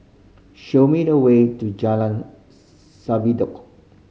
show me the way to Jalan